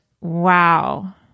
Wow